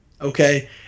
Okay